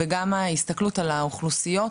וגם ההסתכלות על האוכלוסיות